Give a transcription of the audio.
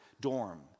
dorm